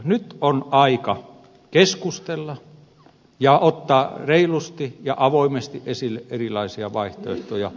nyt on aika keskustella ja ottaa reilusti ja avoimesti esille erilaisia vaihtoehtoja